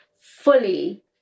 fully